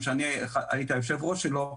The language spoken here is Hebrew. שאני הייתי היושב-ראש שלו,